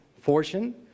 fortune